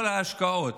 כל ההשקעות